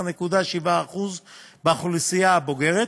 כ-19.7% באוכלוסייה הבוגרת.